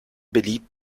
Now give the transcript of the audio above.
beliebt